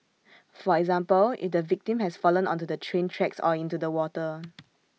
for example if the victim has fallen onto the train tracks or into the water